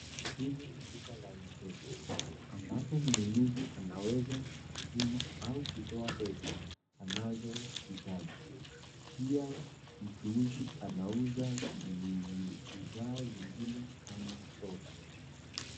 Hili ni duka la M-pesa, ambapo mnunuzi anaweza kutuma au kutoa pesa anazohitaji. Pia mchuuzi anauza bidhaa zingine kama soda.